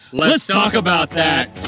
let's talk about that.